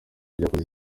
ryakoze